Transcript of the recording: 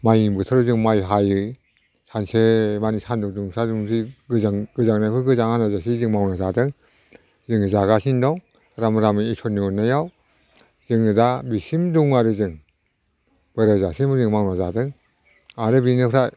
माइनि बोथोराव जों माइ हायो सानसे मानि सान्दुं दुंला दुंलि गोजांनायखौ गोजाङालासे जों मावना जादों जों जागासिनो दं रामै रामै इसोरनि अननायाव जोङो दा बेसिम दं आरो जों बोरायजासे मोजां मावना जादों आरो बेनिफ्राय